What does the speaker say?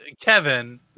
Kevin